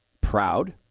proud